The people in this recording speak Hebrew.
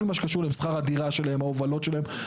כל מה שקשור לשכר הדירה שלהם, הובלות שלהם.